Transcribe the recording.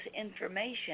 information